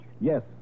Yes